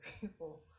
people